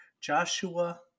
Joshua